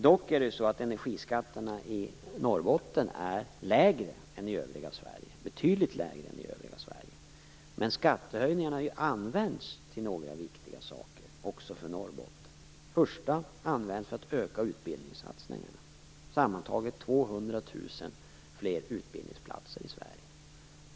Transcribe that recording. Dock är energiskatterna i Norrbotten är betydligt lägre än i övriga Sverige. Dessutom har skattehöjningarna använts till några saker som är viktiga också för Norrbotten. För det första har de använts till att öka utbildningssatsningarna. Sammantaget blir det 200 000 fler utbildningsplatser i Sverige.